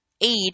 aid